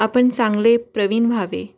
आपण चांगले प्रवीन व्हावे